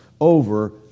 over